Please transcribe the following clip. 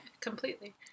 completely